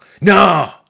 No